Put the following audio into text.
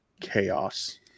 chaos